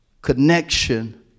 Connection